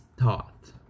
Thought